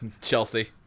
Chelsea